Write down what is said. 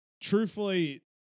truthfully